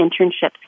internships